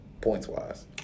points-wise